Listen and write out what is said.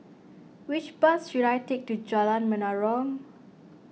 which bus should I take to Jalan Menarong